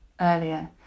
earlier